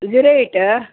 zero eight